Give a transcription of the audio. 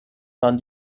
waren